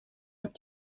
habt